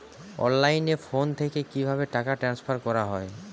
অনলাইনে ফোন থেকে কিভাবে টাকা ট্রান্সফার করা হয়?